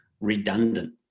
redundant